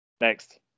Next